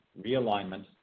realignment